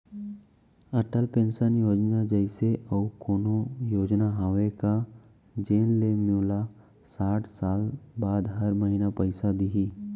Atal pension योजना जइसे अऊ कोनो योजना हावे का जेन ले मोला साठ साल बाद हर महीना पइसा दिही?